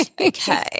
Okay